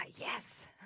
Yes